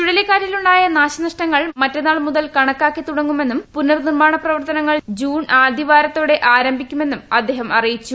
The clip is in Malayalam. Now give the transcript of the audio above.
ചുഴലിക്കാറ്റിലൂണ്ടായ നാശനഷ്ടങ്ങൾ മറ്റെന്നാൾ മുതൽ കണക്കാക്കി തുടങ്ങുമെന്ന് പുനർനിർമാണ പ്രവർത്തനങ്ങൾ ജൂൺ ആദ്യവാരത്തോടെ ആരംഭിക്കുമെന്നും അദ്ദേഹം അറിയിച്ചു